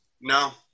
No